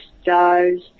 stars